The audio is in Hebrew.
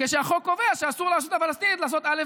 כשהחוק קובע שאסור לעשות א',